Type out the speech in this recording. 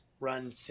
run